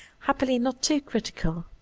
happily not too critical.